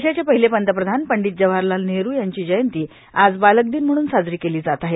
देशाचे पहिले पंतप्रधान पंडीत जवाहरलाल नेहरुं यांची जयंती आज बालकदिन म्हणून साजरी केली जात आहे